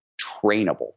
trainable